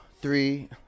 three